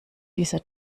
dieser